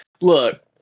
Look